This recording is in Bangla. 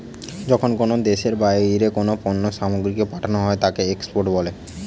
যখন কোনো দ্যাশের বাহিরে কোনো পণ্য সামগ্রীকে পাঠানো হই তাকে এক্সপোর্ট বলে